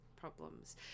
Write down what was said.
problems